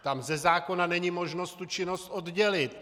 Tam ze zákona není možnost tu činnost oddělit.